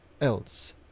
else